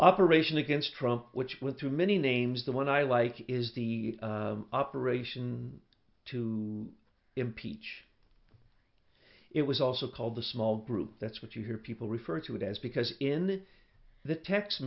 operation against from which with too many names the one i like is the operation to impeach it was also called the small group that's what you hear people refer to it as because in the text